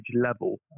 level